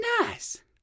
nice